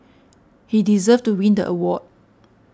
he deserved to win the award